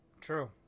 true